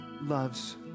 loves